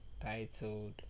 titled